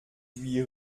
huit